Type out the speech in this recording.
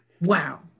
Wow